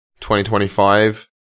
2025